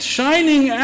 shining